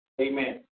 Amen